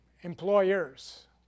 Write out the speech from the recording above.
employers